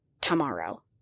tomorrow